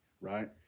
right